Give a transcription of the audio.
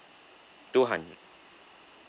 two hundred